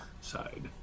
side